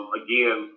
again